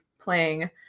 playing